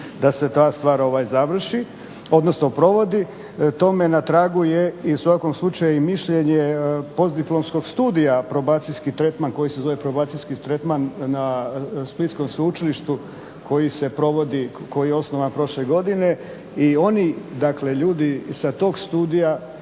da se ta stvar završi, odnosno provodi. Tome na tragu je i u svakom slučaju mišljenje postdiplomskog studija koji se zove probacijski tretman na Splitskom sveučilištu koji se provodi, koji je osnovan prošle godine i oni dakle ljudi sa tog studija